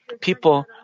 People